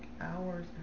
hours